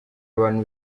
abantu